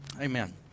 Amen